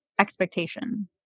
Expectation